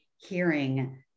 hearing